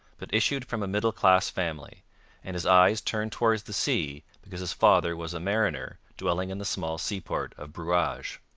but issued from a middle-class family and his eyes turned towards the sea because his father was a mariner dwelling in the small seaport of brouage.